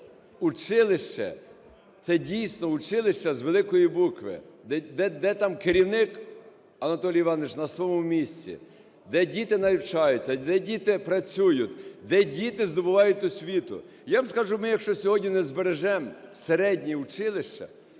училище – це дійсно училище з великої букви, де там керівник Анатолій Іванович на своєму місці, де діти навчаються, де діти працюють, де діти здобувають освіту. Я вам скажу, ми якщо сьогодні не збережемо середні училища